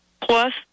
plus